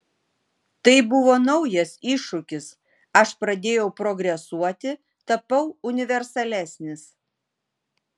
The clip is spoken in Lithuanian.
tai buvo naujas iššūkis aš pradėjau progresuoti tapau universalesnis